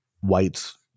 whites